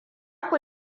ku